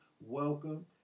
welcome